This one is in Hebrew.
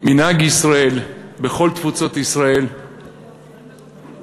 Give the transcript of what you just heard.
מנהג ישראל בכל תפוצות ישראל אשכנזים,